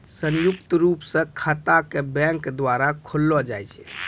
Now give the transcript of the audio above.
संयुक्त रूप स खाता क बैंक द्वारा खोललो जाय छै